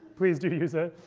please do use it.